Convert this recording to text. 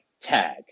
tag